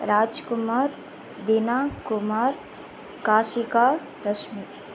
Rajkumar Dina Kumar Kashika Rashmi